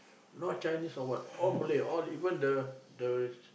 no Chinese or what all Malay all even the the